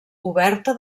oberta